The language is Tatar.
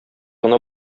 гына